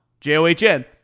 J-O-H-N